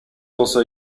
also